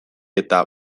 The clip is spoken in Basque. eta